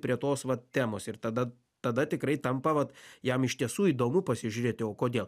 prie tos temos ir tada tada tikrai tampa vat jam iš tiesų įdomu pasižiūrėti o kodėl